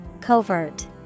Covert